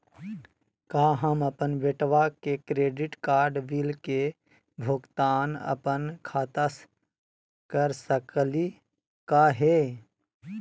का हम अपन बेटवा के क्रेडिट कार्ड बिल के भुगतान अपन खाता स कर सकली का हे?